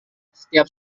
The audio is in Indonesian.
setiap